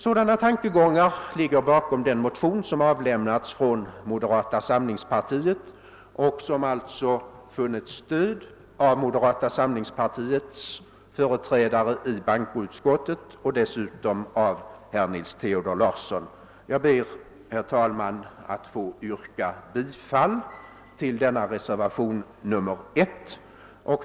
Sådana tankegångar ligger bakom den motion som avlämnats av moderata samlingspartiet och som alltså funnit stöd av moderata samlingspartiets företrädare i bankoutskottet och dessutom av herr Nils Theodor Larsson. Jag ber, herr talman, att få yrka bifall till reservation 1.